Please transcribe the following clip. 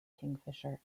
kingfisher